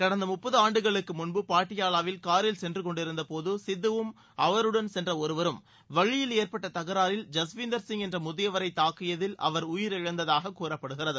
கடந்த முப்பது ஆண்டுகளுக்கு முன்பு பாட்டியாவாவில் காரில் சென்றகொண்டிருந்தபோது சித்துவும் அவருடன் சென்ற ஒருவரும் வழியில் ஏற்பட்ட தகராறில் ஜஸ்வீந்தர் சிங் என்ற முதியவரை தாக்கியதில் அவர் உயிரிழந்ததாக கூறப்படுகிறது